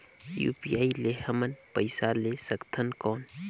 UPI ले हमन पइसा ले सकथन कौन?